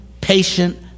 patient